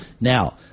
Now